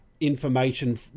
information